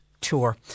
tour